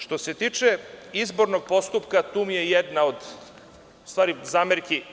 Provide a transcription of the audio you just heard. Što se tiče izbornog postupka tu mi je jedna od zamerki.